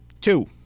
two